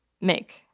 make